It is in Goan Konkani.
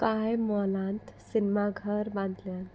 कांय मोलांत सिनेमा घर बांदल्यात